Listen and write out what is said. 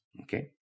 Okay